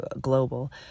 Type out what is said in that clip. global